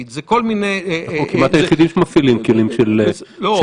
וגם מאמצעים אחרים לחסרי טלפונים חכמים או